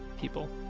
people